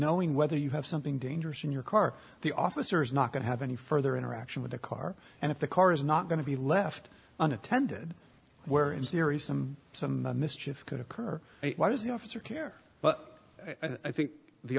knowing whether you have something dangerous in your car the officer is not going to have any further interaction with the car and if the car is not going to be left unattended where in theory some some mischief could occur why does the officer care but i think the